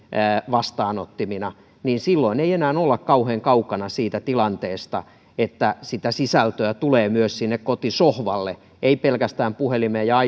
vastaanottimina niin silloin ei enää olla kauhean kaukana siitä tilanteesta että sisältöä tulee myös sinne kotisohvalle ei pelkästään puhelimeen ja